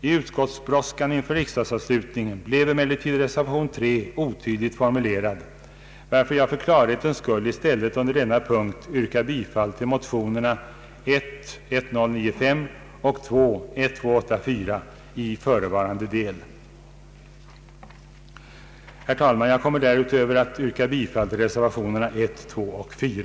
I utskottsbrådskan inför riksdagsavslutningen blev emellertid reservation nr 3 otydligt formulerad, varför jag för klarhetens skull i stället under mom. 3 yrkar bifall till motionerna I:1093 och II: 1284 i förevarande del. Herr talman! Därutöver yrkar jag bifall till reservationerna 1 och 2.